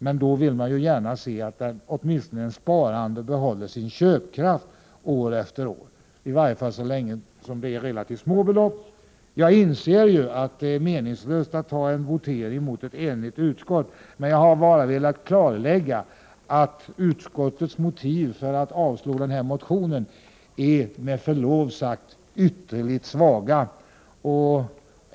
Men man vill ju gärna se att ens sparande åtminstone behåller sin köpkraft från år till år, i varje fall så länge det rör sig om relativt små belopp. Jag inser att det är meningslöst att mot ett enigt utskott begära votering, men jag har velat klargöra att utskottets motiv för att avslå motionen med förlov sagt är ytterligt svaga.